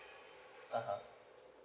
(uh huh)